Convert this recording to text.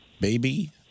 baby